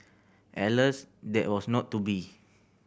alas that was not to be